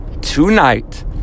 Tonight